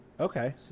Okay